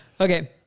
Okay